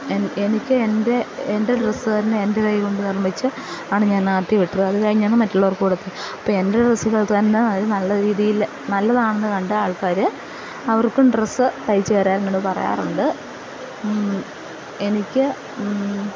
N എനിക്ക് എൻ്റെ എൻ്റെ ഡ്രെസ്സ് തന്നെ എൻ്റെ കൈ കൊണ്ട് നിർമ്മിച്ച് ആണ് ഞാൻ ആദ്യം ഇട്ടത് അത് കഴിഞ്ഞാണ് മറ്റുള്ളവർക്ക് കൊടുത്തെ അപ്പോള് എൻ്റെ ഡ്രെസ്സുകൾ തന്നെ അത് നല്ല രീതിയില് നല്ലതാണെന്നുകണ്ട് ആൾക്കാര് അവർക്കും ഡ്രെസ്സ് തയ്ച്ചുതരാൻ എന്നോട് പറയാറുണ്ട് എനിക്ക്